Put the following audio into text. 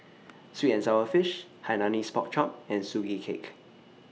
Sweet and Sour Fish Hainanese Pork Chop and Sugee Cake